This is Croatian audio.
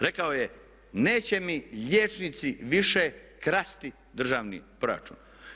Rekao je neće mi liječnici više krasti državni proračun.